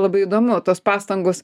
labai įdomu tos pastangos